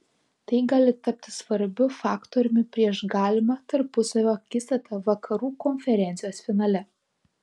tai gali tapti svarbiu faktoriumi prieš galimą tarpusavio akistatą vakarų konferencijos finale